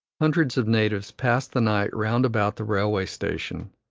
hundreds of natives pass the night round about the railway-station,